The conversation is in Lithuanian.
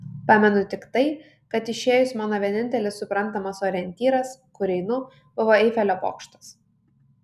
pamenu tik tai kad išėjus mano vienintelis suprantamas orientyras kur einu buvo eifelio bokštas